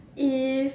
if